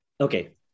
Okay